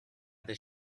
this